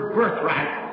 birthright